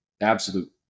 absolute